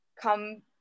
come